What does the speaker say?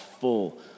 full